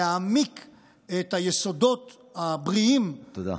להעמיק את היסודות הבריאים, תודה.